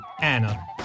Anna